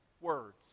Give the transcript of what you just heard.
words